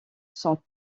sont